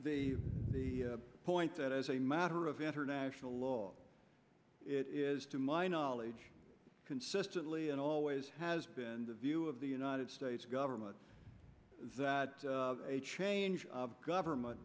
by the point that as a matter of international law it is to my knowledge consistently and always has been the view of the united states government that a change of government